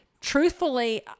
truthfully